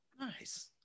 Nice